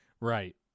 Right